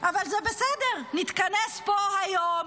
אבל זה בסדר, נתכנס פה היום